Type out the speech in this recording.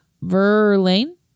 Verlaine